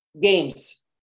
games